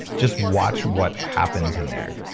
just watch what happens in there.